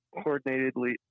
coordinatedly